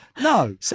No